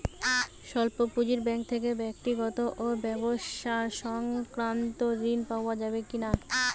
স্বল্প পুঁজির ব্যাঙ্ক থেকে ব্যক্তিগত ও ব্যবসা সংক্রান্ত ঋণ পাওয়া যাবে কিনা?